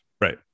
right